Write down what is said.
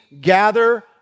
gather